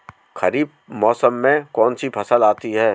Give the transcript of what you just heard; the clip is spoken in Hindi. खरीफ मौसम में कौनसी फसल आती हैं?